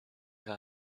her